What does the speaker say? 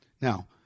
Now